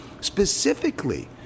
specifically